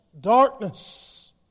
darkness